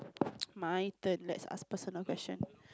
my turn let's ask personal question